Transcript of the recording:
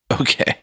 Okay